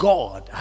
God